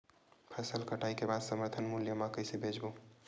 फसल कटाई के बाद समर्थन मूल्य मा कइसे बेचबो?